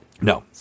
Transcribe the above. No